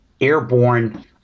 airborne